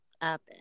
up